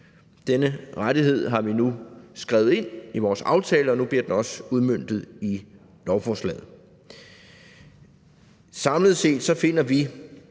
Denne rettighed har vi nu skrevet ind i vores aftale, og nu bliver den også udmøntet i lovforslaget. Samlet set finder vi,